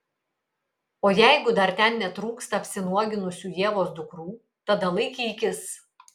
o jeigu dar ten netrūksta apsinuoginusių ievos dukrų tada laikykis